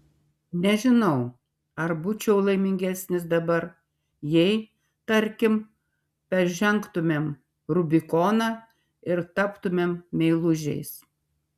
nežinau ar būčiau laimingesnis dabar jei tarkim peržengtumėm rubikoną ir taptumėm meilužiais